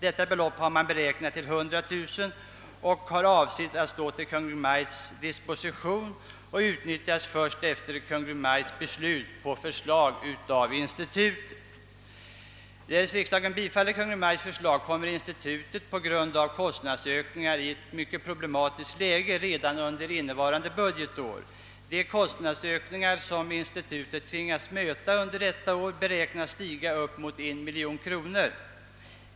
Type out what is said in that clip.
Detta belopp har beräknats till 100 000 kronor och har avsetts att stå till Kungl. Maj:ts disposition, att utnyttjas först efter Kungl. Maj:ts beslut på förslag av institutet. Därest riksdagen bifaller Kungl. Maj:ts förslag kommer institutet på grund av kostnadsökningen i ett problematiskt läge redan under innevarande budgetår. De kostnadsökningar som institutet tvingas möta under detta år beräknas stiga upp mot 1 miljon kronor.